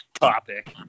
topic